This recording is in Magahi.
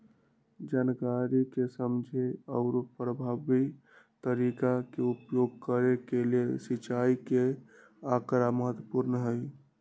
जनकारी के समझे आउरो परभावी तरीका के उपयोग करे के लेल सिंचाई के आकड़ा महत्पूर्ण हई